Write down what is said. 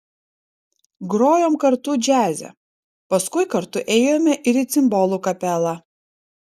grojom kartu džiaze paskui kartu ėjome ir į cimbolų kapelą